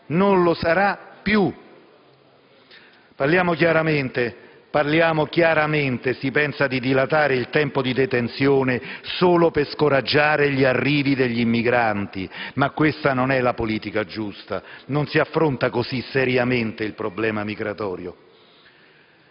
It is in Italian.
non lo sarà più. Parliamo chiaramente, si pensa di dilatare il tempo di detenzione solo per scoraggiare gli arrivi dei migranti, ma questa non è la politica giusta: così non si affronta seriamente il problema migratorio.